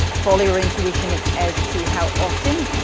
follow your intuition as to how often.